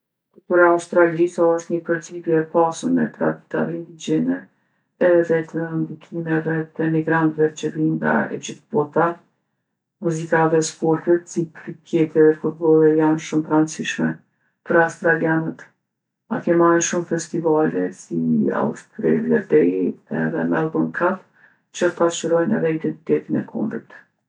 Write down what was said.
Kultura e Australisë osht ni perzirje e pasun me tradita indigjene edhe të ndikimeve të emigrantve që vinë nga e gjithë bota. Muzika dhe sportet, si kriketi dhe futbolli janë shumë t'randsishme për australjanët. Atje mahen shumë festivale, si Austrellia dey edhe melburn kap, që pasqyrojnë edhe identitetin e kombit.